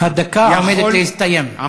הדקה עומדת להסתיים.